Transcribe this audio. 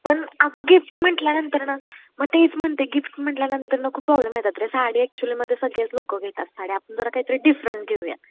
पण अगं गिफ्ट म्हटल्यानंतर ना मग तेच म्हणते गिफ्ट म्हटल्यानंतर ना खूप प्रॉब्लेम येतात तरी साडी ॲक्चुअलीमध्ये सगळेच लोक घेतात साड्या आपण जरा काही तरी डिफरंट घेऊयात